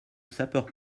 sapeur